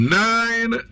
nine